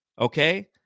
okay